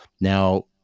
Now